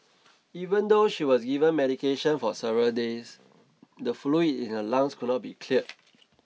even though she was given medication for several days the fluid in her lungs could not be cleared